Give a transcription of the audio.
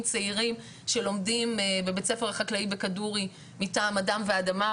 צעירים שלומדים בבית הספר החקלאי בכדורי מטעם אדם ואדמה.